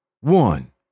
one